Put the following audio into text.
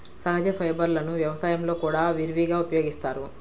సహజ ఫైబర్లను వ్యవసాయంలో కూడా విరివిగా ఉపయోగిస్తారు